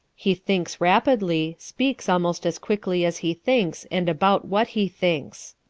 he thinks rapidly, speaks almost as quickly as he thinks and about what he thinks.